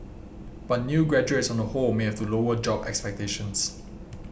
but new graduates on the whole may have to lower job expectations